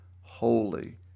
holy